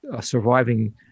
surviving